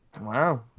Wow